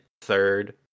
third